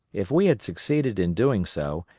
if we had succeeded in doing so,